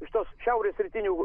iš tos šiaurės rytinių